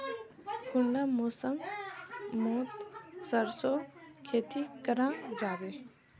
कुंडा मौसम मोत सरसों खेती करा जाबे?